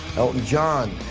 elton john,